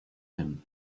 him